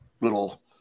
little